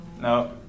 No